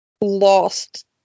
lost